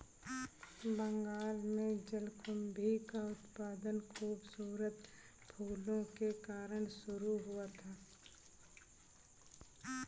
बंगाल में जलकुंभी का उत्पादन खूबसूरत फूलों के कारण शुरू हुआ था